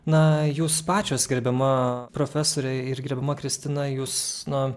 na jūs pačios gerbiama profesore ir gerbiama kristina jūs nuo